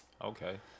Okay